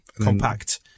compact